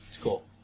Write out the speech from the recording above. cool